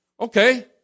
okay